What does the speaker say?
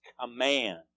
command